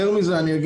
יותר מזה,